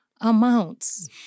amounts